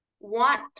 want